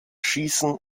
schießen